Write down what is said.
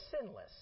sinless